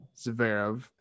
Zverev